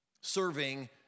serving